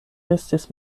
estis